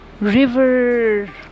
river